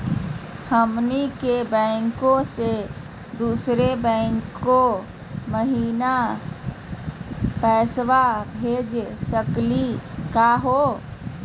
हमनी के एक बैंको स दुसरो बैंको महिना पैसवा भेज सकली का हो?